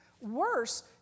Worse